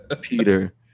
Peter